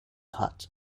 hut